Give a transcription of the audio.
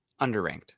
Underranked